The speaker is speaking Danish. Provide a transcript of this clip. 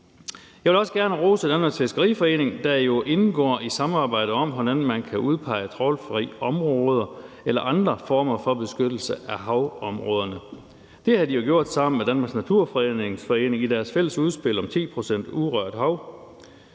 Jeg vil også gerne rose Danmarks Fiskeriforening, der jo indgår i et samarbejde om, hvordan man kan udpege trawlfri områder eller andre former for beskyttelse af havområderne. Det har de gjort sammen med Danmarks Naturfredningsforening i deres fælles udspil om 10 pct. urørt hav.